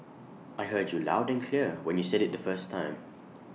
I heard you loud and clear when you said IT the first time